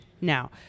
Now